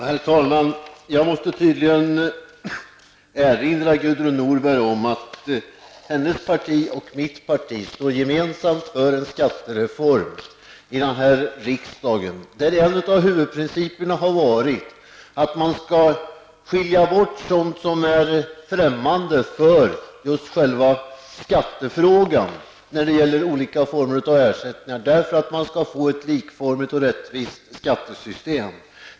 Herr talman! Jag måste tydligen erinra Gudrun Norberg om att hennes parti och mitt parti står gemensamt för den skattereform där en av huvudprinciperna har varit att man skall skilja bort sådant som är främmande för just själva skattefrågan när det gäller olika former av ersättning, detta för att man skall få ett likvärdigt och rättvist skattesystem.